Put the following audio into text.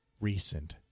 recent